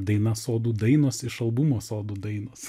daina sodų dainos iš albumo sodų dainos